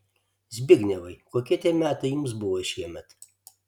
zbignevai kokie tie metai jums buvo šiemet